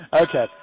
Okay